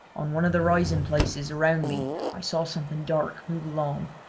on one of the rising places around me i saw something dark move along,